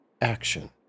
action